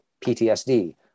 PTSD